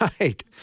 Right